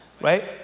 right